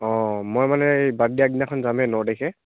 অ' মই মানে এই বাৰ্থডে' আগদিনাখন যামহে ন তাৰিখে